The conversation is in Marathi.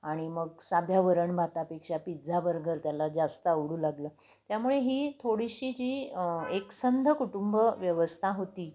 आणि मग साध्या वरण भातापेक्षा पिझ्झा बर्गर त्याला जास्त आवडू लागलं त्यामुळे ही थोडीशी जी एकसंध कुटुंब व्यवस्था होती